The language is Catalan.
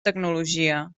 tecnologia